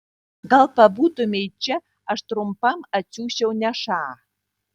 gal pabūtumei čia aš trumpam atsiųsčiau nešą